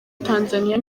tanzania